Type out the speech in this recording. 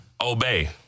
Obey